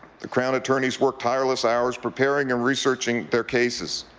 the crown attorneys worked tireless hours preparing and researching their cases.